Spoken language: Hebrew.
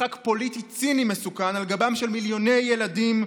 משחק פוליטי ציני מסוכן על גבם של מיליוני ילדים,